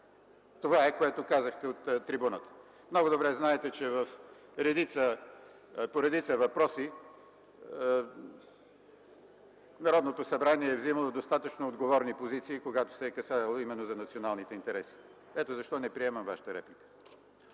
Това е, което казахте от трибуната. Много добре знаете, че по редица въпроси Народното събрание е взимало достатъчно отговорни позиции, когато се е касаело именно за националните интереси. Ето защо не приемам Вашата реплика.